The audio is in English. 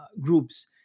groups